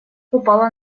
упало